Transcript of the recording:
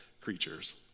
creatures